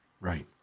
Right